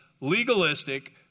legalistic